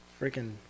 freaking